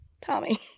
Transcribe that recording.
Tommy